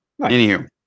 Anywho